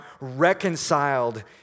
reconciled